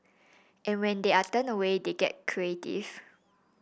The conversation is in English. and when they are turned away they get creative